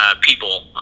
people